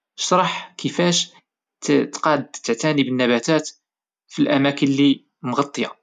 اشرح كيفاش تقاد تعتني بالنباتات فالاماكن اللي هي مغطية.